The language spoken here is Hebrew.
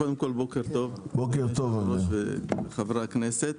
קודם כל בוקר טוב, אדוני היושב ראש, וחברי הכנסת.